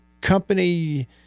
company